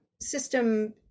system